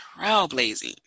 trailblazing